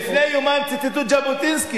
כנסת דמוקרטית?